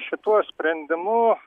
šituo sprendimu